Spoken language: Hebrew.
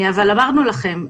אבל אמרנו לכם.